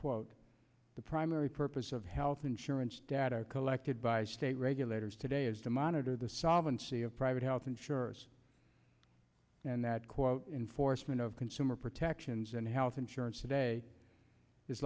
quote the primary purpose of health insurance data collected by state regulators today is to monitor the solvency of private health insurers and that quote enforcement of consumer protections and health insurance today i